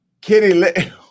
Kitty